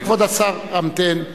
כבוד השר, המתן.